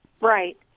Right